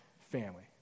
family